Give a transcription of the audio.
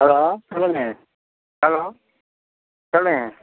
hello சொல்லுங்க hello சொல்லுங்க